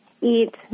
eat